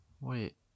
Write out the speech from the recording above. wait